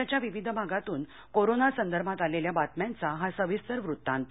राज्याच्या विविध भागातून कोरोना संदर्भात आलेल्या बातम्यांचा हा सविस्तर वृत्तांत